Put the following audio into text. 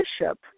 bishop